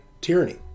tyranny